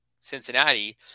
Cincinnati